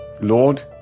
Lord